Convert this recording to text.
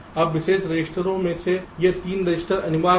अब विशेष रजिस्टरों में ये 3 रजिस्टर अनिवार्य हैं